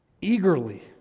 eagerly